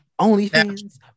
OnlyFans